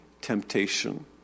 temptation